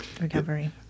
recovery